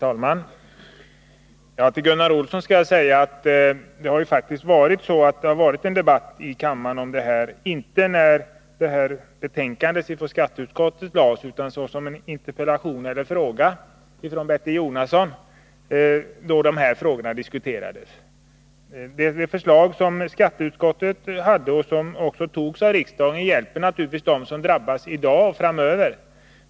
Herr talman! Till Gunnar Olsson vill jag säga att detta faktiskt har debatterats i kammaren — inte när skatteutskottets betänkande behandlades utan i samband med besvarandet av en interpellation eller fråga av Bertil Jonasson. Skatteutskottets förslag, som också antogs av riksdagen, innebar att de som drabbats i dag och framöver blir hjälpta.